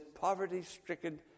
poverty-stricken